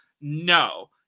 No